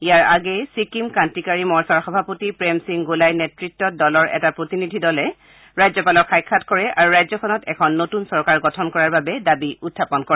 ইয়াৰ আগেয়ে ছিকিম কান্তিকাৰী মৰ্চাৰ সভাপতি প্ৰেম সিং গোলায় নেতত্ত দলৰ এটা প্ৰতিনিধি দলে ৰাজ্যপালক সাক্ষাৎ কৰে ৰাজ্যখনত এখন নতুন চৰকাৰ গঠন কৰাৰ বাবে দাবী উত্থাপন কৰে